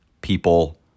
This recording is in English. people